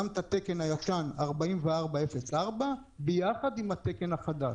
גם את התקן הישן 4404 יחד עם התקן החדש.